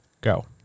go